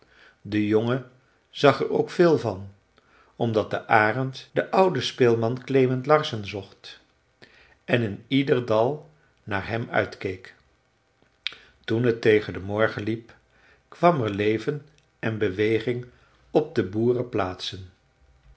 de jongen zag er ook veel van omdat de arend den ouden speelman klement larsson zocht en in ieder dal naar hem uitkeek toen het tegen den morgen liep kwam er leven en beweging op de